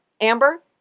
Amber